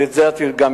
ואת זה את יודעת.